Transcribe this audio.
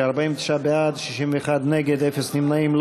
16, 49 בעד, 61 נגד, אפס נמנעים.